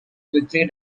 quickly